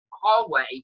hallway